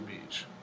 Beach